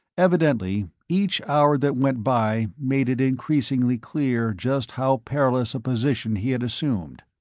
evidently, each hour that went by made it increasingly clear just how perilous a position he had assumed.